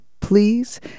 please